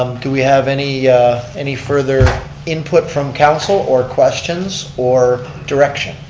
do we have any any further input from council or questions, or direction?